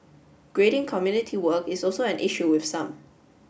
grading community work is also an issue with some